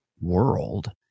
world